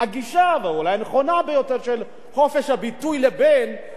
של חופש הביטוי לבין ההסתה לגזענות,